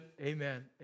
Amen